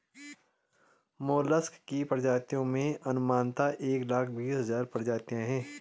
mollusc की प्रजातियों में अनुमानतः एक लाख बीस हज़ार प्रजातियां है